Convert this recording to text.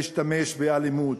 להשתמש באלימות.